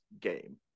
game